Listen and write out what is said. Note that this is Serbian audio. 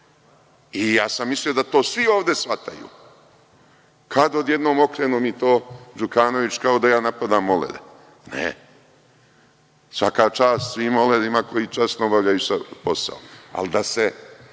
I ja sam mislio da to svi ovde shvataju. Kad, odjednom, okrenu mi to Đukanović kao da ja napadam molere. Ne. Svaka čast svim molerima koji časno obavljaju svoj posao. Ali, da se